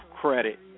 Credit